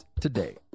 today